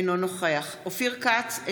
אינו נוכח אופיר כץ,